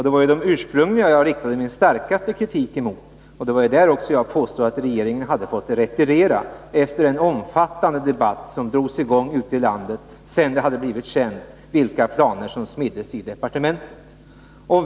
Det var ju de ursprungliga kursplanerna som jag riktade min starkaste kritik emot, och det var ju också beträffande dem som jag påstod att regeringen fått retirera efter en omfattande debatt, som drogs i gång ute i landet sedan det hade blivit känt vilka planer som smiddes i departementet.